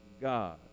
God